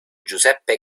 giuseppe